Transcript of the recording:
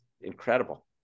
incredible